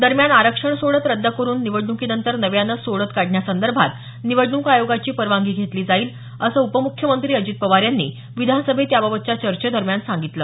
दरम्यान आरक्षण सोडत रद्द करून निवडणुकीनंतर नव्यानं सोडत काढण्यासंदर्भात निवडणूक आयोगाची परवानगी घेतली जाईल असं उपमुख्यमंत्री अजित पवार यांनी विधानसभेत याबाबतच्या चर्चेदरम्यान सांगितलं